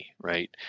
Right